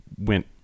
went